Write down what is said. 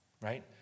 Right